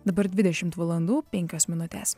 dabar dvidešimt valandų penkios minutės